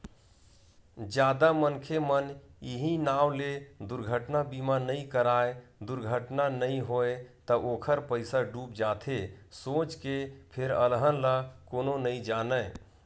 जादा मनखे मन इहीं नांव ले दुरघटना बीमा नइ कराय दुरघटना नइ होय त ओखर पइसा डूब जाथे सोच के फेर अलहन ल कोनो नइ जानय